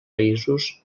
països